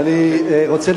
אני רוצה,